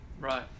Right